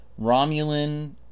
Romulan